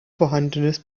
vorhandenes